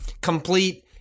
complete